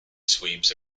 sweeps